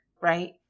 right